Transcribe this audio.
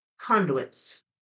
conduits